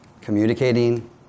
communicating